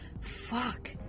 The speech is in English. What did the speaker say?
fuck